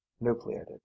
nucleated